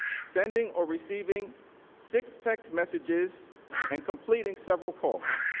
sending or receiving six text messages and completing several calls.